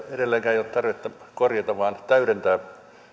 ei ole tarvetta korjata vaan täydentää